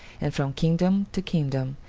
and from kingdom to kingdom,